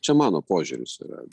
čia mano požiūris yra